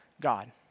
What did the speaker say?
God